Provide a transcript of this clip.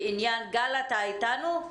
גל, אתה אתנו?